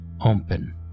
Open